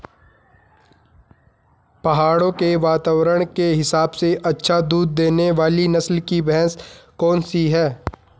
पहाड़ों के वातावरण के हिसाब से अच्छा दूध देने वाली नस्ल की भैंस कौन सी हैं?